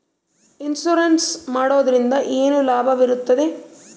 Insurance ಮಾಡೋದ್ರಿಂದ ಏನು ಲಾಭವಿರುತ್ತದೆ?